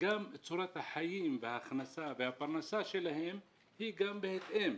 וגם צורת החיים, ההכנסה והפרנסה שלהם היא בהתאם.